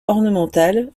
ornemental